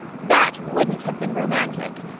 that wouldn't have been romantic,